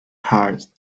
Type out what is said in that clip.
hard